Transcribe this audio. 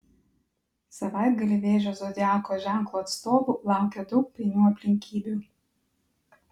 savaitgalį vėžio zodiako ženklo atstovų laukia daug painių aplinkybių